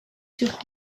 sur